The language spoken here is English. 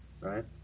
right